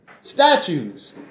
statues